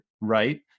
right